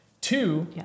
Two